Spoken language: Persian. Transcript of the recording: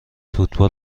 فوتبال